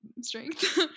strength